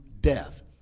death